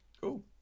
Cool